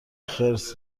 خرس